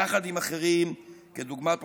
יחד עם אחרים כדוגמת פרופ'